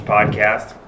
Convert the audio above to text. Podcast